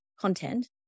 content